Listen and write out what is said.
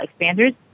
expanders